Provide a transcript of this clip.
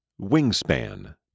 Wingspan